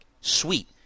sweet